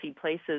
places